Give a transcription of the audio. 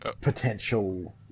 potential